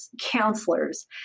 counselors